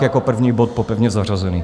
Jako první bod po pevně zařazených.